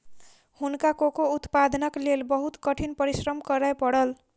हुनका कोको उत्पादनक लेल बहुत कठिन परिश्रम करय पड़ल